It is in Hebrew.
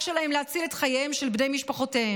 שלהם להציל את חייהם של בני משפחותיהם.